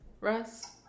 Russ